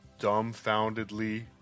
dumbfoundedly